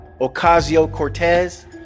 Ocasio-Cortez